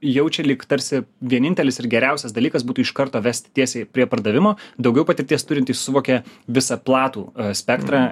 jaučia lyg tarsi vienintelis ir geriausias dalykas būtų iš karto vesti tiesiai prie pardavimo daugiau patirties turintis suvokia visą platų spektrą